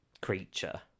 creature